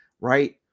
right